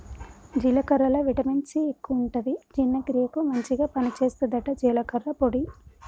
జీలకర్రల vitamin C ఎక్కువుంటది జీర్ణ క్రియకు మంచిగ పని చేస్తదట జీలకర్ర పొడి